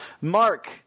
mark